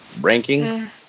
Ranking